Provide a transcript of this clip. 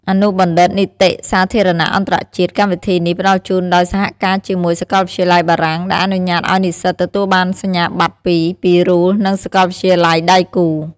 អនុបណ្ឌិតនីតិសាធារណៈអន្តរជាតិ កម្មវិធីនេះផ្តល់ជូនដោយសហការជាមួយសាកលវិទ្យាល័យបារាំង ដែលអនុញ្ញាតឱ្យនិស្សិតទទួលបានសញ្ញាបត្រពីរ ពីRULE និងសាកលវិទ្យាល័យដៃគូ។